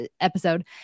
episode